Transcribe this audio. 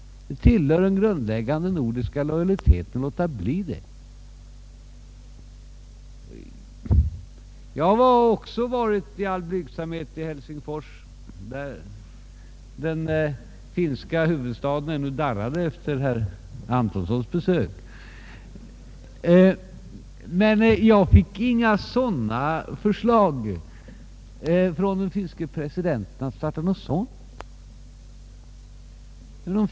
Det tillhör den grundläggande nordiska lojaliteten att låta bli det. Jag har också i all blygsamhet varit i Helsingfors — när den finska huvudstaden ännu darrade efter herr Antonssons besök — men jag fick inga förslag från den finske presidenten om att starta någon sådan aktion.